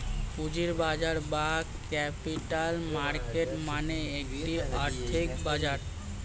পুঁজির বাজার বা ক্যাপিটাল মার্কেট মানে একটি আর্থিক বাজার